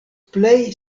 plej